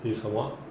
his 什么